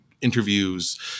interviews